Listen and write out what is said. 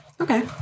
Okay